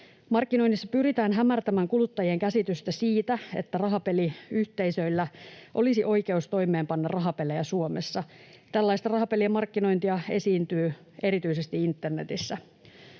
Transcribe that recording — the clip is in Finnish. Markkinoinnissa pyritään hämärtämään kuluttajien käsitystä siitä, että rahapeliyhteisöillä olisi oikeus toimeenpanna rahapelejä Suomessa. Tällaista rahapelien markkinointia esiintyy erityisesti internetissä.